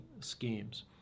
schemes